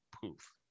poof